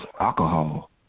alcohol